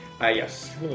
Yes